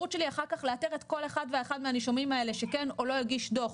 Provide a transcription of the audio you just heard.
האפשרות שלי אחר כך לאתר כל אחד ואחד מהנישומים האלה שכן או לא הגיש דוח